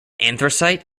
anthracite